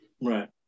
Right